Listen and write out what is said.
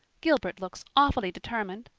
gilbert looks awfully determined.